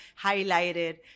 highlighted